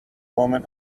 woman